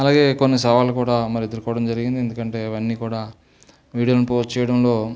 అలాగే కొన్ని సవాళ్ళు కూడా మరి ఎదురుకోవడం జరిగింది ఎందుకంటే ఇవన్నీ కూడా వీడియోను పోస్ట్ చేయడంలో